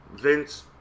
Vince